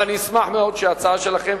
ואני אשמח מאוד שההצעה שלכם,